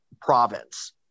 province